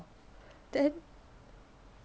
then